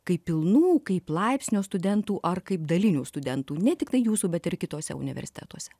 kaip pilnų kaip laipsnio studentų ar kaip dalinių studentų ne tiktai jūsų bet ir kituose universitetuose